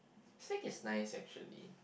steak is nice actually